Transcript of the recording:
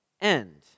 end